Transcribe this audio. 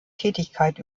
tätigkeit